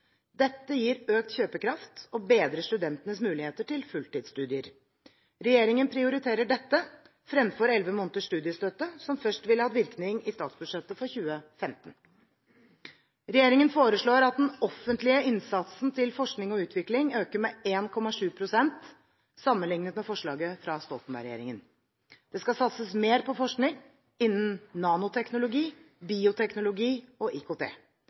Dette gir økt kjøpekraft og bedrer studentenes muligheter til fulltidsstudier. Regjeringen prioriterer dette fremfor elleve måneder studiestøtte, som først ville hatt virkning i statsbudsjettet for 2015. Regjeringen foreslår at den offentlige innsatsen til forskning og utvikling øker med 1,7 pst. sammenlignet med forslaget fra Stoltenberg-regjeringen. Det skal satses mer på forskning innenfor nanoteknologi, bioteknologi og IKT.